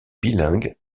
bilingue